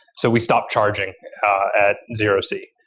so we stopped charging at zero c.